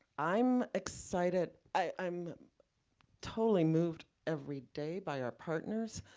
i'm excited. i'm totally moved every day by our partners,